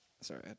sorry